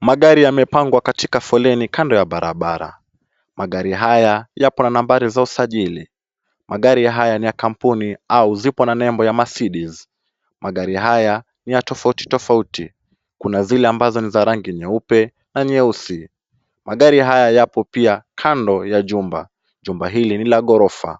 Magari yamepangwa katika foleni kando ya barabara, magari haya yapo na nambari za usajili ,magari haya ni ya kampuni au zipo na nembo ya Mercedes ,magari haya ni ya tofauti tofauti, kuna zile ambazo ni za rangi nyeupe na nyeusi , magari haya yapo pia kando ya jumba ,jumba hili ni la ghorofa